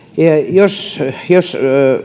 jos jos